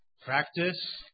practice